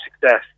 success